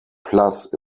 plus